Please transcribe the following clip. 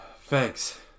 Thanks